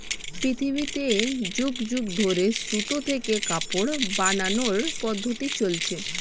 পৃথিবীতে যুগ যুগ ধরে সুতা থেকে কাপড় বানানোর পদ্ধতি চলছে